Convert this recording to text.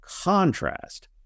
contrast